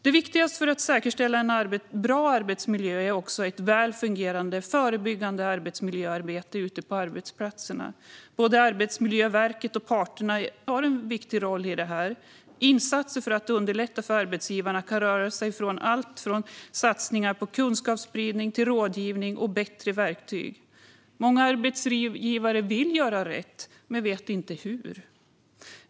Det viktigaste för att säkerställa en bra arbetsmiljö är ett väl fungerande förebyggande arbetsmiljöarbete ute på arbetsplatserna. Både Arbetsmiljöverket och parterna har en viktig roll i detta. Insatser för att underlätta för arbetsgivare kan röra sig om alltifrån satsningar på kunskapsspridning till rådgivning och bättre verktyg. Många arbetsgivare vill göra rätt men vet inte hur.